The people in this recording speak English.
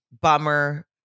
Bummer